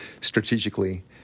strategically